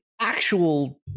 actual